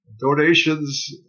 donations